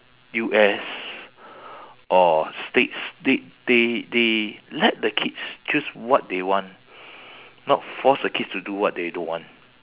U_S or states they they they let the kids choose what they want not force the kids do what they don't want